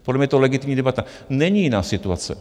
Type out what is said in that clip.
Podle mě je to legitimní debata, není jiná situace.